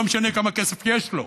לא משנה כמה כסף יש לו,